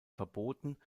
verboten